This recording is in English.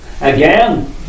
again